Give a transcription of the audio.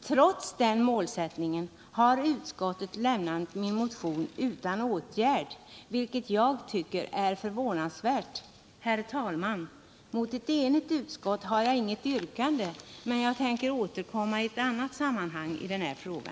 Trots den målsättningen har utskottet lämnat min motion utan åtgärd, vilket jag tycker är förvånansvärt. Herr talman! Mot ett enigt utskott har jag inget yrkande, men jag tänker återkomma i ett annat sammanhang i denna fråga.